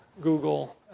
Google